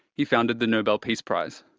he founded the nobel peace prize.